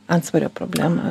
antsvorio problemą